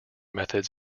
methods